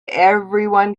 everyone